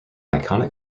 iconic